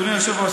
אדוני היושב-ראש,